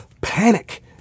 panic